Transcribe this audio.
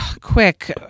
quick